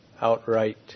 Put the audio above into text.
outright